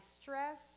stress